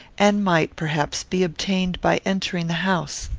and might, perhaps, be obtained by entering the house.